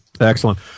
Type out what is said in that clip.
Excellent